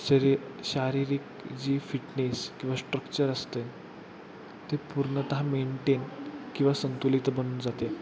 सरी शारीरिक जी फिटनेस किंवा स्ट्रक्चर असते ते पूर्णतः मेंटेन किंवा संतुलित बनून जाते